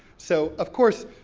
so of course,